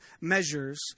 measures